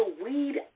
weed